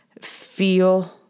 feel